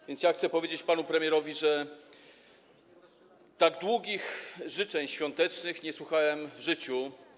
A więc ja chcę powiedzieć panu premierowi, że tak długich życzeń świątecznych nie słuchałem w życiu.